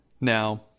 Now